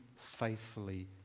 faithfully